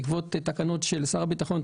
בעקבות תקנות שר הביטחון,